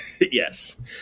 Yes